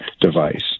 device